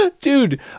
dude